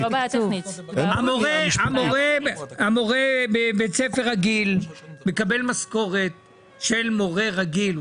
המורה בבית ספר רגיל מקבל משכורת של מורה רגיל.